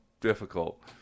difficult